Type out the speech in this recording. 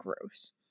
Gross